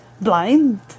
blind